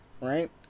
right